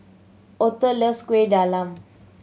Otho loves Kuih Talam